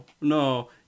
no